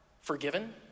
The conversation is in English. forgiven